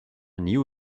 knew